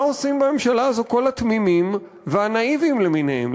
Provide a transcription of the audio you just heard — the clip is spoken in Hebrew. מה עושים בממשלה הזאת כל התמימים והנאיבים למיניהם?